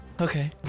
Okay